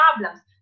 problems